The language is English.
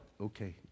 okay